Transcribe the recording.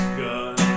gun